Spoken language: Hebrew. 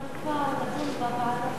אפשר לדון בוועדה.